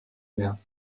mehr